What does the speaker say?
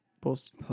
Post